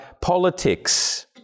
politics